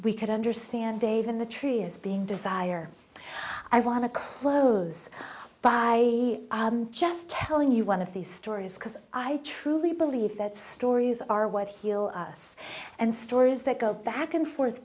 we could understand dave in the tree is being desire i want to close by just telling you one of these stories because i truly believe that stories are what heal us and stories that go back and forth